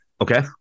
Okay